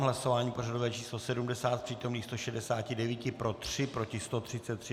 Hlasování pořadové číslo 70, z přítomných 169 pro 3, proti 133.